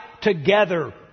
together